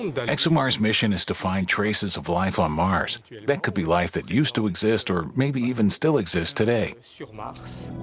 that exomars mission is to find traces of life on mars that could be life that used to exist or maybe even still exist today so